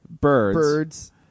birds